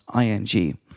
ing